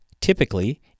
typically –